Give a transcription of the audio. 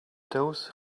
those